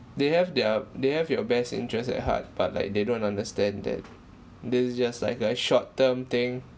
they have their they have your best interest at heart but like they don't understand that this is just like a short term thing